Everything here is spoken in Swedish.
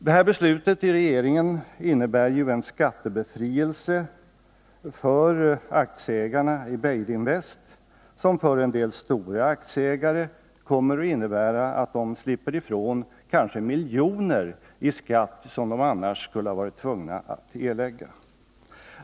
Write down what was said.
Det här beslutet i regeringen innebär en skattebefrielse för aktieägarna i Beijerinvest vilken för en del stora aktieägare kommer att innebära att de slipper ifrån kanske miljoner kronor i skatt som de annars skulle ha varit tvungna att erlägga.